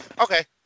Okay